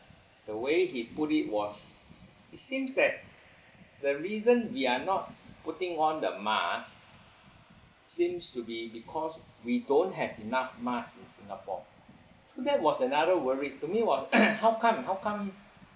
the way he put it was it seems that the reason we're not putting on the mask seems to be because we don't have enough mask in singapore that was another worried to me was how come how come